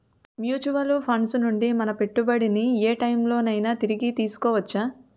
Mutual funds నుండి మన పెట్టుబడిని ఏ టైం లోనైనా తిరిగి తీసుకోవచ్చా?